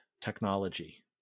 technology